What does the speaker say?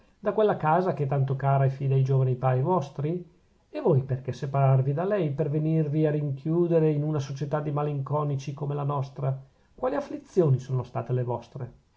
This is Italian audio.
da quella casa che è tanto cara e fida ai giovani pari vostri e voi perchè separarvi da lei per venirvi a chiudere in una società di malinconici come la nostra quali afflizioni sono state le vostre